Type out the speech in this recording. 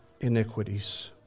iniquities